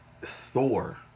Thor